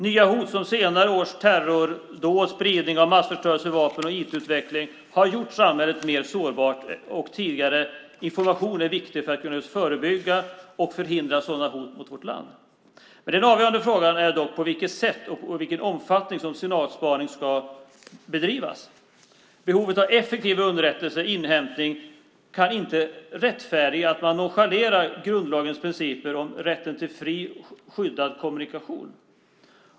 Nya hot, som senare års terrordåd, spridning av massförstörelsevapen och IT-utvecklingen, har gjort samhället mer sårbart, och tidig information är viktig för att kunna förebygga och förhindra sådana hot mot vårt land. Den avgörande frågan är dock på vilket sätt och i vilken omfattning som signalspaning ska bedrivas. Behovet av effektiv underrättelseinhämtning kan inte rättfärdiga att man nonchalerar grundlagens principer om rätten till fri, skyddad kommunikation.